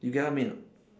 you get what I mean or not